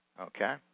Okay